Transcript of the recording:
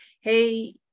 Hey